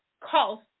cost